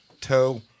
toe